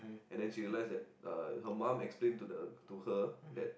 and then she realise that uh her mum explain to the to her that